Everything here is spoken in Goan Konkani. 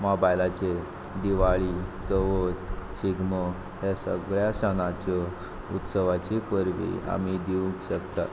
मोबायलाचेर दिवाळी चवथ शिगमो हे सगळे सणाच्यो उत्सवाची परबीं आमी दिवंक शकता